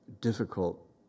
difficult